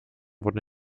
wurden